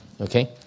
Okay